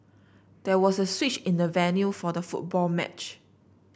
there was a switch in the venue for the football match